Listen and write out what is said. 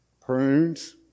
prunes